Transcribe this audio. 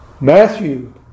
Matthew